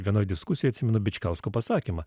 vienoj diskusijoj atsimenu bičkausko pasakymą